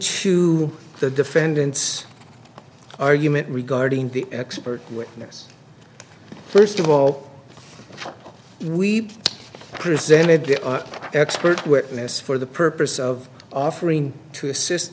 to the defendant's argument regarding the expert witness first of all we presented the expert witness for the purpose of offering to assist